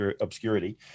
obscurity